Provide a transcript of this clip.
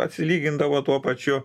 atsilygindavo tuo pačiu